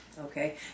Okay